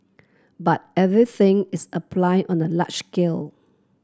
but everything is applied on a large